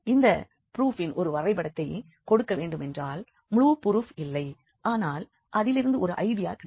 இந்த ப்ரூஃபின் ஒரு வரைபடத்தை கொடுக்கவேண்டுமென்றால் முழு ப்ரூஃப் இல்லை ஆனால் அதிலிருந்து ஒரு ஐடியா கிடைக்கும்